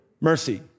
mercy